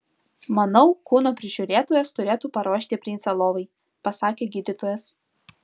manau kūno prižiūrėtojas turėtų paruošti princą lovai pasakė gydytojas